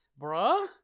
Bruh